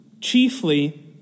chiefly